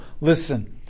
Listen